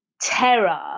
terror